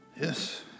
Yes